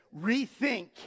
rethink